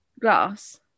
Glass